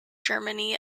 germany